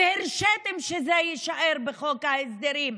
והרשיתן שזה יישאר בחוק ההסדרים?